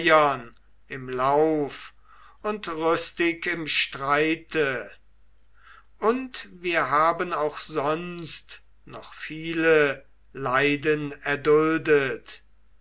im lauf und rüstig im streite und wir haben auch sonst noch viele leiden erduldet